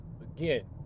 Again